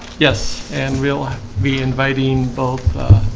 yes, and we'll be inviting both